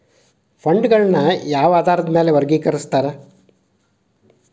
ಫಂಡ್ಗಳನ್ನ ಯಾವ ಆಧಾರದ ಮ್ಯಾಲೆ ವರ್ಗಿಕರಸ್ತಾರ